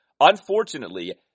Unfortunately